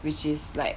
which is like